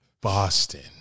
Boston